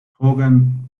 hogan